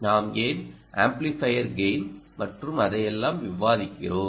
நாம் ஏன் amplifier gain மற்றும் அதையெல்லாம் விவாதிக்கிறோம்